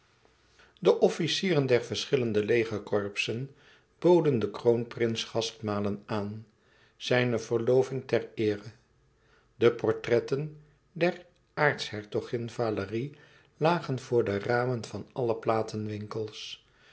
de officieren der verschillende legercorpsen boden den kroonprins gastmalen aan zijne verloving ter eere de portretten der aartshertogin valérie lagen voor de ramen van alle platenwinkels